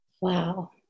Wow